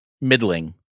middling